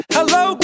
Hello